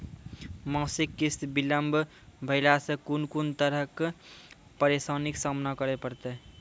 मासिक किस्त बिलम्ब भेलासॅ कून कून तरहक परेशानीक सामना करे परतै?